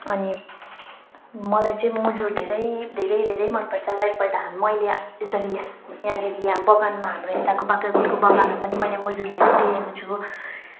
अनि मलाई चाहिँ मुजुर धेरै धेरै धेरै मनपर्छ लाइक एकपल्ट मैले त्यसरी यहाँनिर यहाँ बगानमा हाम्रो यताको बाग्राकोटको बगानमा पनि मैले मुजुर धेरै देखेको छु